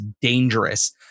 dangerous